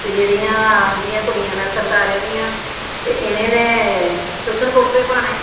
ते जेह्ड़ियां इंदियां कुड़ियां न सरदारें दियां ते इ'नें सुत्थन कुर्ते पाने